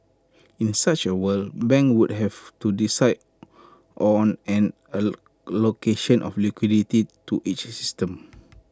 in such A world banks would have to decide on an location of liquidity to each system